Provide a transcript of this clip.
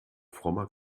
frommer